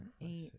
eight